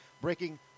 breaking